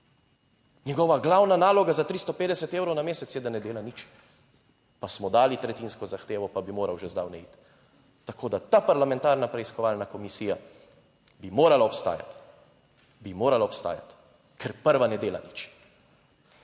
njegova glavna naloga za 350 evrov na mesec je, da ne dela nič, pa smo dali tretjinsko zahtevo, pa bi moral že zdavnaj iti, tako, da ta parlamentarna preiskovalna komisija bi morala obstajati, bi morala obstajati, ker prva ne dela nič.